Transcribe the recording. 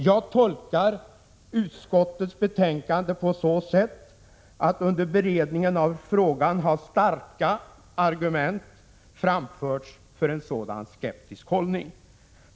Jag tolkar utskottets skrivning så, att det under beredningen av frågan har framförts starka argument för en sådan skeptisk hållning.